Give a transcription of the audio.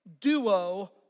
duo